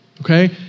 okay